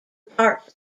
parts